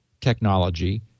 technology